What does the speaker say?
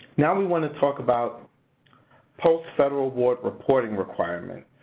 now we want to talk about post-federal award reporting requirements.